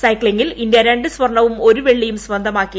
സൈക്കിംളിങിൽ ഇന്ത്യ രണ്ടു സ്വർണ്ണവും ഒരു വെള്ളിയും സ്വന്തമാക്കി